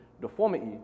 deformity